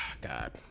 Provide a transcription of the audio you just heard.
God